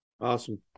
Awesome